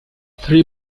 three